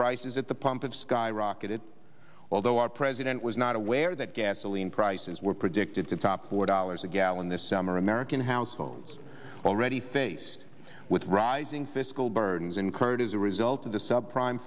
prices at the pump have skyrocketed although our president was not aware that gasoline prices were predicted to top four dollars a gallon this summer american households are already faced with rising fiscal burdens incurred as a result of the sub prime